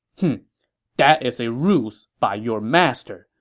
that is a ruse by your master.